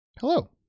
hello